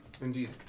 Indeed